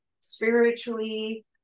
spiritually